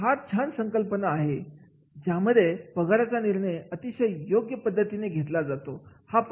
फार छान संकल्पना आहे ही ज्यामध्ये पगाराचा निर्णय अतिशय योग्य पद्धतीने घेतला जातो